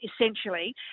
essentially